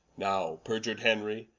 now periur'd henry,